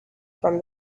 from